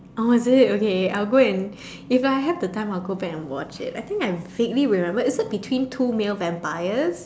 oh is it okay I'll go and if I have the time I'll go back and watch it I think I vaguely remember is it between two male vampires